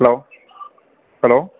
hello hello